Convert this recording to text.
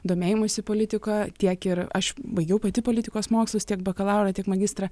domėjimosi politika tiek ir aš baigiau pati politikos mokslus tiek bakalaurą tiek magistrą